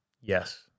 Yes